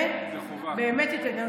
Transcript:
שישנה את העניין.